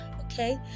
okay